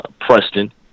Preston